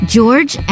George